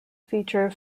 feature